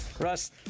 Russ